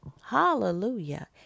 Hallelujah